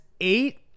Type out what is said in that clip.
eight